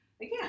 again